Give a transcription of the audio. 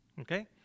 Okay